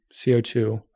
CO2